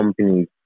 companies